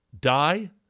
die